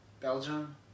Belgium